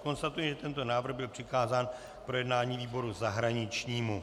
Konstatuji, že tento návrh byl přikázán k projednání výboru zahraničnímu.